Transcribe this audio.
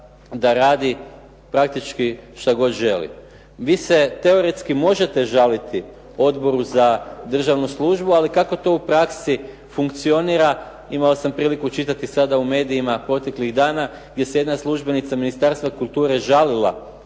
da radi praktički što god želi. Vi se teoretski možete žaliti Odboru za državnu službu, ali kako to u praksi funkcionira. Imao sam priliku čitati u medijima proteklih dana gdje se jedna službenica Ministarstva kulture žalila